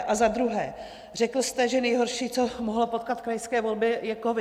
A za druhé, řekl jste, že nejhorší, co mohlo potkat krajské volby, je covid.